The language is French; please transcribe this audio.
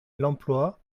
l’emploi